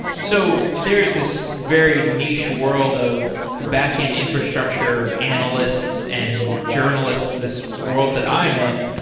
so there is this very niche world of backend infrastructure, analysts and journalists this world that i am in,